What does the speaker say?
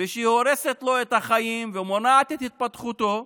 ושהיא הורסת לו את החיים ומונעת את התפתחותו,